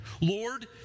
Lord